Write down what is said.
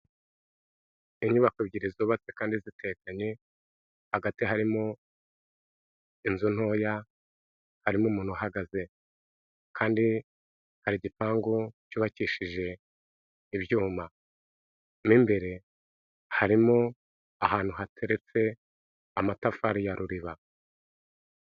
Inyubako ebyiri zubatse kandi ziteganye, hagati harimo inzu ntoya, harimo umuntu uhagaze kandi hari igipangu cyubakishije ibyuma, mo imbere harimo ahantu hateretse amatafari ya ruriba.